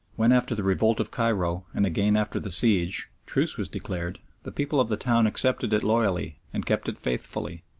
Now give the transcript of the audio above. when after the revolt of cairo, and again after the siege, truce was declared, the people of the town accepted it loyally and kept it faithfully.